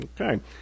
Okay